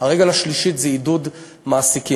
הרגל השלישית זה עידוד מעסיקים.